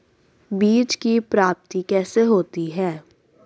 बीज की प्राप्ति कैसे होती है?